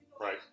Right